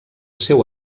seu